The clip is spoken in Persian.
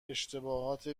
اشتباهات